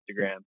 Instagram